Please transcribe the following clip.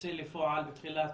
שתצא לפועל בתחילת